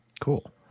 Cool